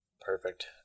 Perfect